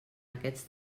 aquests